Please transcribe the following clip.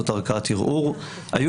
זאת ערכאת ערעור.